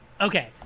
Okay